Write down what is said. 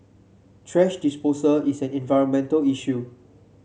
thrash disposal is an environmental issue